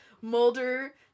Mulder